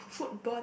food bun